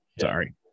Sorry